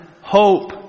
hope